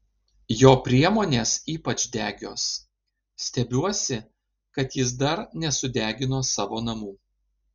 jo priemonės ypač degios stebiuosi kad jis dar nesudegino savo namų